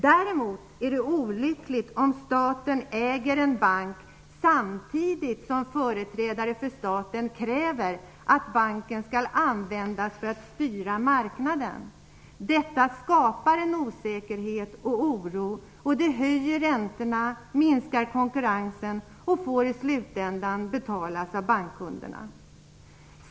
Däremot är det olyckligt om staten äger en bank samtidigt som företrädare för staten kräver att banken skall användas för att styra marknaden. Detta skapar en osäkerhet och oro som höjer räntorna och minskar konkurrensen, vilket i slutändan får betalas av bankkunderna.